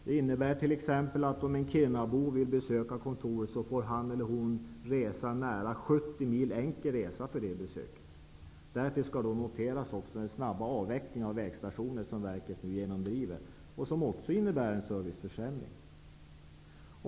Det innebär att om t.ex. en Kirunabo vill besöka kontoret får han eller hon resa nära 70 mil enkel resa. Därtill skall noteras den snabba avvecklingen av vägstationer som verket nu genomdriver och som också innebär en serviceförsämring.